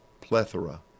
plethora